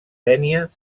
dénia